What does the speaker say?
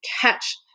catch